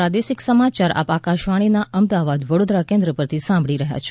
આ પ્રાદેશિક સમાચાર આપ આકશવાણીના અમદાવાદ વડોદરા કેન્દ્ર પરથી સાંભળી રહ્યા છે